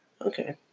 Okay